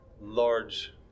large